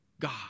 God